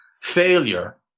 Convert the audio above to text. failure